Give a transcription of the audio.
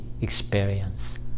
experience